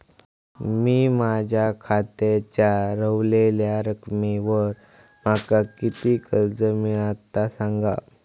मी माझ्या खात्याच्या ऱ्हवलेल्या रकमेवर माका किती कर्ज मिळात ता सांगा?